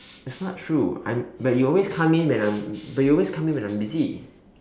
that's not true I'm but you always come in when I'm but you always come in when I'm busy